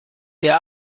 der